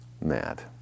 mad